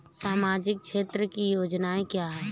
सामाजिक क्षेत्र की योजनाएँ क्या हैं?